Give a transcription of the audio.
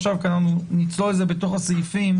ואנחנו נצלול לזה בתוך הסעיפים